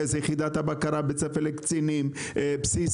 יחידת הבקרה; בית הספר לקצינים; בסיס